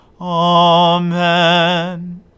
Amen